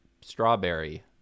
strawberry